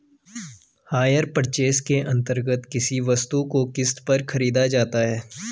higher purchase के अंतर्गत किसी वस्तु को किस्त पर खरीदा जाता है